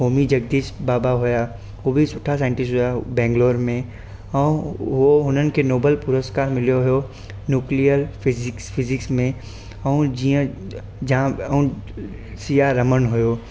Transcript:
ओमी जगदीश बाबा हुया उहो बि सुठा साइंटिस्ट हुया बैंगलोर में ऐं उहो हुननि खे नॉबल पुरुस्कार मिलियो हुयो न्यूक्लियर फिजिक्स फिजिक्स में ऐं जीअं जाम ऐं सी वी रमन हुयो